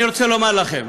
אני רוצה לומר לכם,